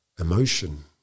emotion